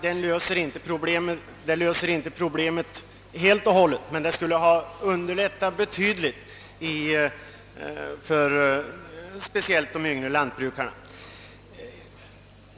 Den löser givetvis inte problemet helt och hållet, men den skulle betydligt ha underlättat situationen för speciellt de yngre lantbrukarna.